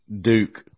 Duke